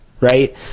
Right